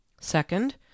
Second